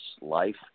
life